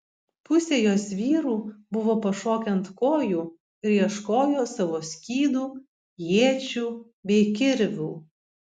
pusė jos vyrų buvo pašokę ant kojų ir ieškojo savo skydų iečių bei kirvių